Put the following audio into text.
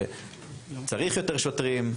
שצריך יותר שוטרים,